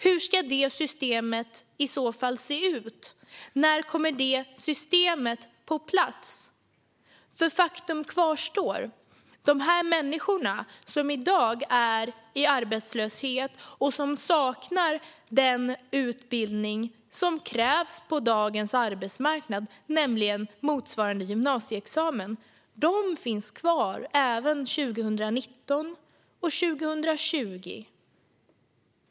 Hur ska det systemet i så fall se ut? När kommer det systemet på plats? Faktum kvarstår. De här människorna, som i dag är i arbetslöshet och som saknar den utbildning som krävs på dagens arbetsmarknad, nämligen motsvarande gymnasieexamen, finns kvar även 2019 och 2020.